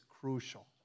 crucial